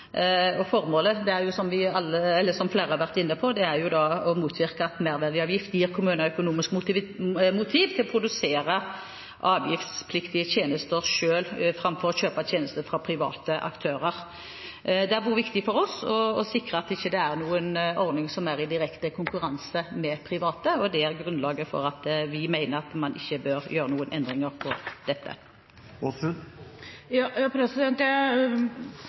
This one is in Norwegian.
Og formålet er, som flere har vært inne på, å motvirke at merverdiavgift gir kommunene økonomisk motiv til å produsere avgiftspliktige tjenester selv, framfor å kjøpe tjenester fra private aktører. Det har vært viktig for oss å sikre at det ikke er noen ordning som er i direkte konkurranse med private, og det er grunnlaget for at vi mener at man ikke bør gjøre noen endringer på dette. Jeg